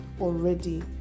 already